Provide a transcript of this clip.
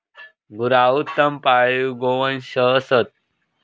गुरा उत्तम पाळीव गोवंश असत